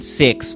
six